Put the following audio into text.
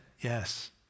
Yes